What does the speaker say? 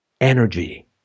energy